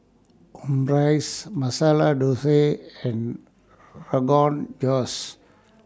Omurice Masala Dosa and Rogan Josh